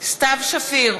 סתיו שפיר,